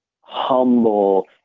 humble